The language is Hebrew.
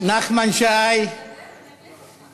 נחמן שי, אני אחליף אותך.